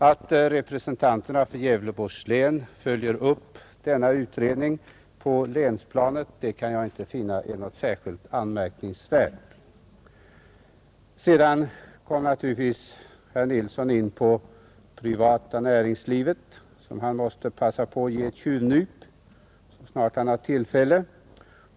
Att representanterna för Gävleborgs län här i riksdagen följer upp denna utredning på länsplanet kan jag inte finna något anmärkningsvärt i. Sedan kom herr Nilsson i Kalmar in på det privata näringslivet, som han givetvis måste passa på att ge ett tjuvnyp så snart han har tillfälle.